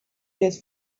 days